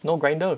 no grinder